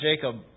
Jacob